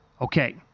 Okay